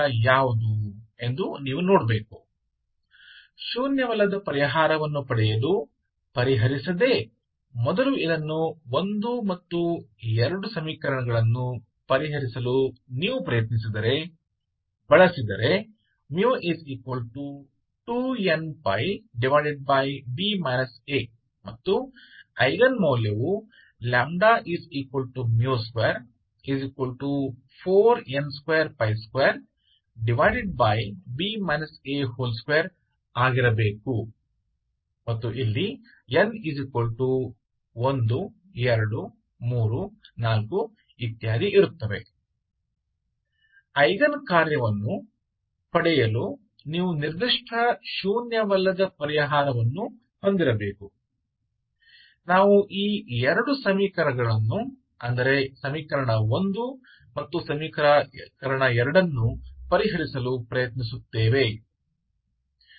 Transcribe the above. यदि आप गैर शून्य समाधान को प्राप्त करने के लिए हल दिए गए बिना इस 1 और 2को हल करने का प्रयास करते हैं तो μ2nπb a and और एगेन मूल्य λ24n222 होना चाहिए n1234 एगेन फंक्शन प्राप्त करने के लिए आपके पास एक विशेष गैर शून्य समाधान होना चाहिए हमें इन दो समीकरणों 1 और समीकरण 2 को हल करने का प्रयास करेगा